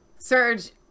Serge